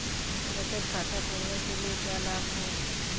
बचत खाता खोलने के क्या लाभ हैं?